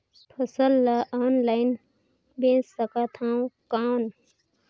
फसल ला ऑनलाइन बेचे सकथव कौन?